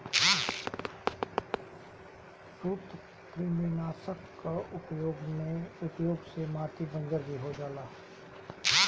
सूत्रकृमिनाशक कअ उपयोग से माटी बंजर भी हो सकेला